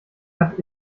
hat